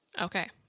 Okay